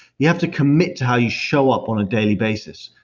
you have to commit to how you show up on a daily basis.